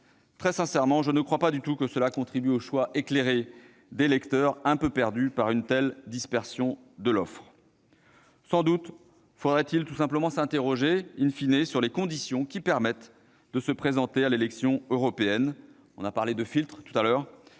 Très sincèrement, je ne crois pas du tout que cela contribue au choix éclairé d'électeurs un peu perdus par une telle dispersion de l'offre. Sans doute faudrait-il tout simplement s'interroger,, sur les conditions qui permettent de se présenter à l'élection européenne ; des filtres ont été